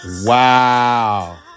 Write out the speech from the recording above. Wow